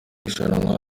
rushanwa